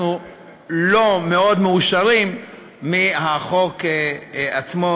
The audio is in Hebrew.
אנחנו לא מאוד מאושרים מהחוק עצמו,